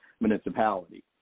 municipality